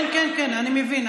כן, כן, אני מבין.